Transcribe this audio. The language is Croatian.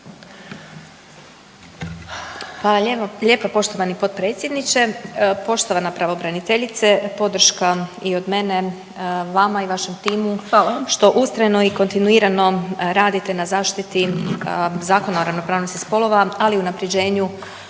lijepo poštovani potpredsjedniče. Poštovana pravobraniteljice, podrška i od mene i vama i vašem timu …/Upadica Ljubičić: Hvala./… što ustrajno i kontinuirano radite na zaštiti Zakona o ravnopravnosti spolova, ali i unapređenju